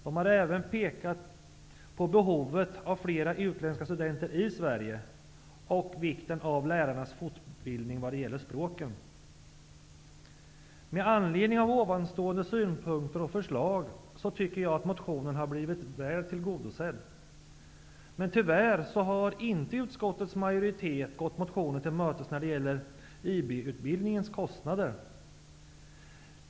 Man pekar även på behovet av flera utländska studenter i Sverige liksom på vikten av lärarnas fortbildning vad gäller språken. I vad avser här redovisade synpunkter och förslag tycker jag att motionen har blivit tillgodosedd. Men tyvärr har inte utskottets majoritet gått motionen till mötes när det gäller IB-utbildningens kostnader.